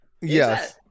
Yes